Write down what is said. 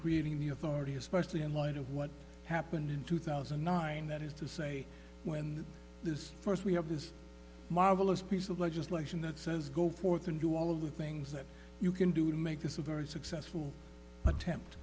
creating new authority especially in light of what happened in two thousand and nine that is to say when this first we have this marvelous piece of legislation that says go forth and do all of the things that you can do to make this a very successful attempt